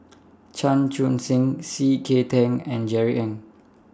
Chan Chun Sing C K Tang and Jerry Ng